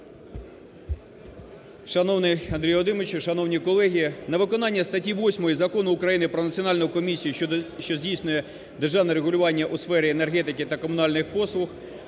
Шановний Андрій Володимировичу, шановні колеги! На виконання статті 8 Закону України про Національну комісію, що здійснює державне регулювання у сфері енергетики та комунальних послуг